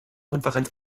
konferenz